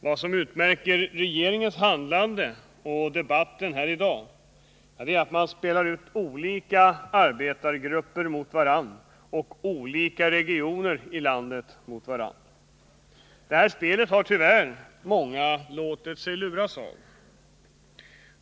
Det som utmärker regeringens handlande och debatten här i dag är att olika arbetargrupper spelas ut mot varandra och olika regioner i landet mot varandra. Det spelet har tyvärr många låtit sig luras av.